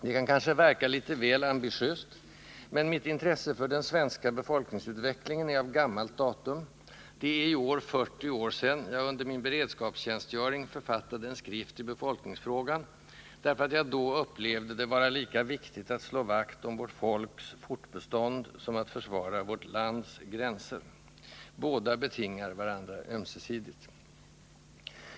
Det kan kanske verka litet väl ambitiöst, men mitt intresse för den svenska befolkningsutvecklingen är av gammalt datum: det är i år 40 år sedan jag under min beredskapstjänstgöring författade en skrift i befolkningsfrågan, därför att jag då upplevde det vara lika viktigt att slå vakt om vårt folks fortbestånd som att försvara vårt lands gränser. Båda betingar varandra ömsesidigt.